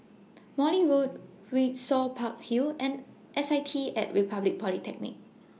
Morley Road Windsor Park Hill and S I T At Republic Polytechnic